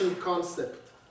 concept